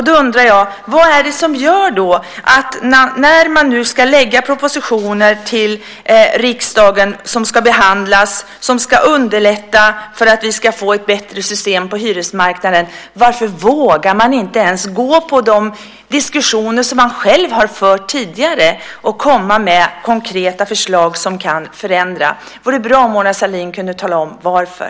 Då undrar jag: När regeringen nu ska lämna propositioner till riksdagen för att underlätta för att vi ska få ett bättre system på hyresmarknaden, varför vågar man då inte ens följa de diskussioner som man själv tidigare har fört och komma med konkreta förslag som kan förändra? Det vore bra om Mona Sahlin kunde tala om varför.